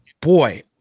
boy